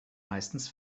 meistens